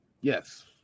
Yes